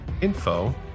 info